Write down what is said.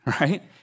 right